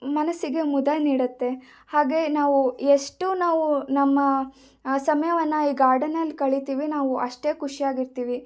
ಮನಸ್ಸಿಗೆ ಮುದ ನೀಡುತ್ತೆ ಹಾಗೆ ನಾವು ಎಷ್ಟು ನಾವು ನಮ್ಮ ಸಮಯವನ್ನು ಈ ಗಾರ್ಡನಲ್ಲಿ ಕಳಿತೀವಿ ನಾವು ಅಷ್ಟೆ ಖುಷಿಯಾಗಿ ಇರ್ತೀವಿ